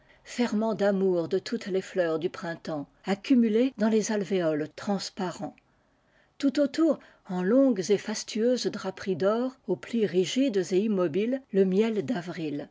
ferments d'amour de toutes les fleurs du printemps accumulés dans les alvéoles transparents tout autour en longues et fastueuses draperies d'or aux plis rigides et immobiles le miel d'avril